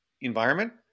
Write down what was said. environment